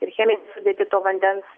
ir cheminę sudėtį to vandens